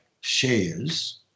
shares